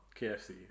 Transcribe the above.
KFC